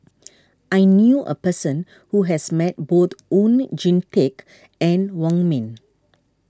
I knew a person who has met both Oon Jin Teik and Wong Ming